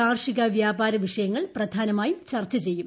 കാർഷിക വ്യാപാര വിഷയങ്ങൾ പ്രധാനമായും ചർച്ച ചെയ്യും